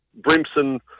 Brimson